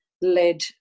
led